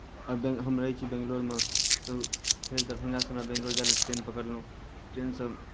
अगर हम रहै छी बेंगलौरमे तऽ फेर दरभंगासँ हमरा बेंगलौर जाय लेल हम ट्रेन पकड़लहुँ ट्रेनसँ